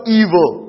evil